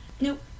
Nope